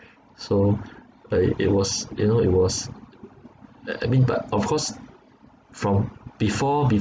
so uh it it was you know it was like I mean but of course from before